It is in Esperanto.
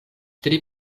tri